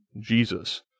Jesus